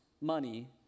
money